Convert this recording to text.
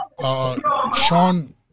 Sean